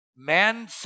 Man